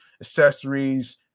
accessories